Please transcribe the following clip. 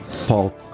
Paul